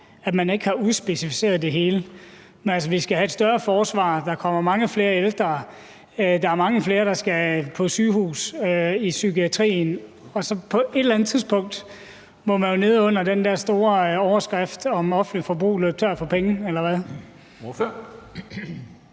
at man ikke har udspecificeret det hele. Men altså, vi skal have et større forsvar, der kommer mange flere ældre, der er mange flere, som skal på sygehus og i psykiatrien. På et eller andet tidspunkt må man jo, neden under den der store overskrift om offentligt forbrug, løbe tør for penge,